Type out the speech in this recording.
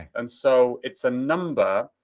and so it's a number,